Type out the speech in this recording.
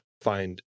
find